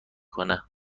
کنه